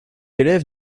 élève